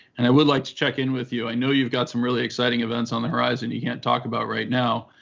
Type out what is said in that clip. and i would like to check in with you. i know you've got some really exciting events on the horizon you can't talk about right now,